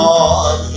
Lord